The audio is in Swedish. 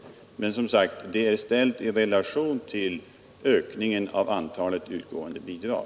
Ökningen av verksamheten är alltså ställd i relation till ökningen av antalet utgående bidrag.